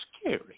scary